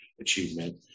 achievement